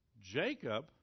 Jacob